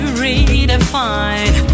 redefine